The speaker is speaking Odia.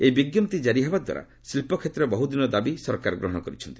ଏହି ବିଜ୍ଞପ୍ତି କାରି ହେବା ଦ୍ୱାରା ଶିଳ୍ପ କ୍ଷେତ୍ରର ବହ୍ରଦିନର ଦାବି ସରକାର ଗ୍ରହଣ କରିଛନ୍ତି